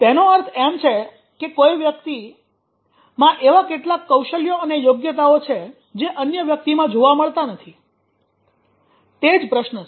તેનો અર્થ એમ છે કે કોઈ એક વ્યક્તિમાં એવા કેટલાક કૌશલ્યો અને યોગ્યતાઓ છે જે અન્ય વ્યક્તિમાં જોવા મળતા નથી તે જ પ્રશ્ન છે